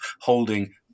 holding